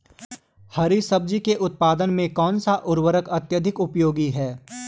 हरी सब्जी उत्पादन में कौन सा उर्वरक अत्यधिक उपयोगी है?